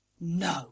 No